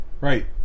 right